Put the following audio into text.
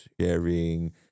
sharing